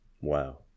Wow